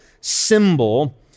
symbol